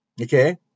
Okay